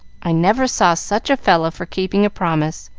i never saw such a fellow for keeping a promise!